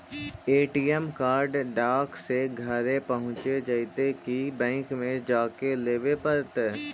ATM card डाक से घरे पहुँच जईतै कि बैंक में जाके लाबे पड़तै?